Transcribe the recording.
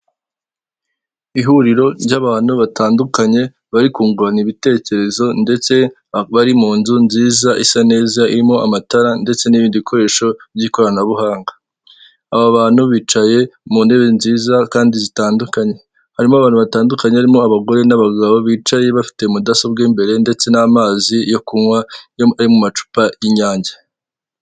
Umugabo wambaye ikoti ry'ikigina afite icyuma ndangurura majwi mu kuboko kw'iburyo bwe, ahagaze impande y'akameza k'ikirahure kateretsweho terefone ndetse n'udutabo, ari imbere y'abantu bicaye, inyuma yabo hakaba hariho icyapa gisize ibara ry'umweru, ndetse n'ubururu cyanditsweho amagambo ari mu rurimi rw'ikinyarwanda.